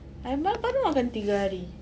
I mal~ baru makan tiga hari